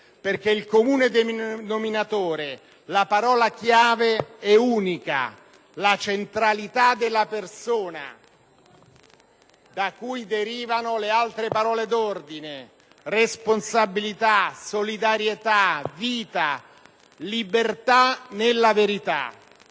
perché il comune denominatore, la parola chiave e' unica: la centralità della persona da cui derivano le altre parole d'ordine: responsabilità, solidarietà, vita, libertà nella verità.